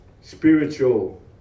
spiritual